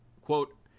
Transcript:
Quote